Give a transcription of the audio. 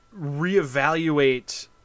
reevaluate